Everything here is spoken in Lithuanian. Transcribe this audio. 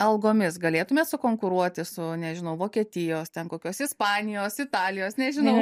algomis galėtumėt sukonkuruoti su nežinau vokietijos ten kokios ispanijos italijos nežinau